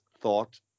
thought